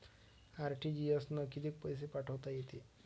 RTGS न कितीक पैसे पाठवता येते?